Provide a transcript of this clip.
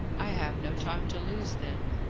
i have no time to lose, then.